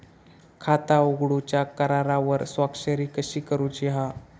खाता उघडूच्या करारावर स्वाक्षरी कशी करूची हा?